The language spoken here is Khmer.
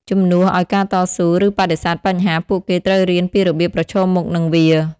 ជំនួសឱ្យការតស៊ូ ឬបដិសេធបញ្ហា ពួកគេត្រូវរៀនពីរបៀបប្រឈមមុខនឹងវា។